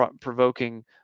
provoking